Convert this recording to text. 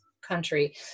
country